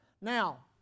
Now